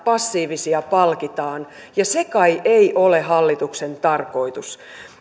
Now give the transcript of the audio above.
ja passiivisia palkitaan ja se kai ei ole hallituksen tarkoitus